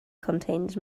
contains